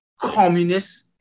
communist